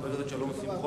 חבר הכנסת שלום שמחון,